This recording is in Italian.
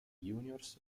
juniores